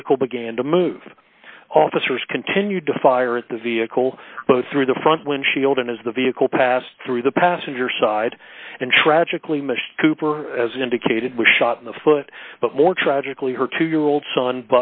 vehicle began to move officers continued to fire at the vehicle through the front windshield and as the vehicle passed through the passenger side and tragically mr cooper as indicated was shot in the foot but more tragically her two year old son